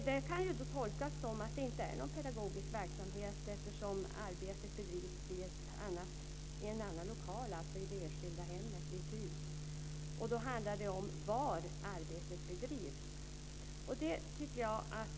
Det kan tolkas så att den personen inte bedriver någon pedagogisk verksamhet eftersom arbetet sker i det enskilda hemmet. Det handlar om var arbetet utförs.